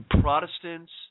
Protestants